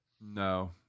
No